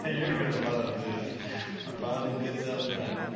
ah you're gonna love this. i finally did something right.